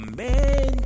man